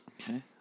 Okay